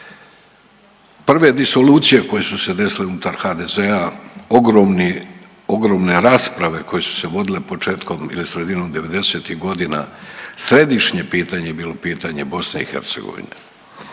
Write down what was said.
Prve disolucije koje su se desile unutar HDZ-a, ogromni, ogromne rasprave koje su se vodile početkom ili sredinom '90.-tih godina središnje pitanje je bilo pitanje BiH.